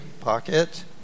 pocket